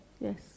Yes